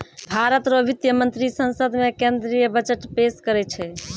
भारत रो वित्त मंत्री संसद मे केंद्रीय बजट पेस करै छै